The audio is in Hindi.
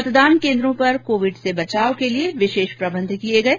मतदान केन्द्रों पर कोविड़ से बचाव के लिये विशेष प्रबंध किये गये